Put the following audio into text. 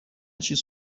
چیز